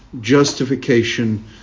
justification